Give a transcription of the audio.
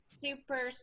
super